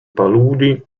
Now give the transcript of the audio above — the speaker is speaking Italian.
paludi